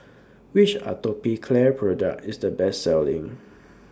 Which Atopiclair Product IS The Best Selling